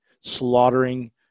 slaughtering